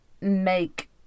make